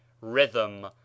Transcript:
Rhythm